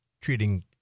treating